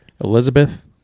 Elizabeth